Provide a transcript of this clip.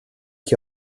qui